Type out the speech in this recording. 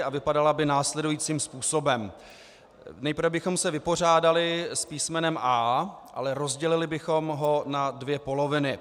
Vypadala by následujícím způsobem: Nejprve bychom se vypořádali s písmenem A, ale rozdělili bychom ho na dvě poloviny.